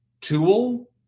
tool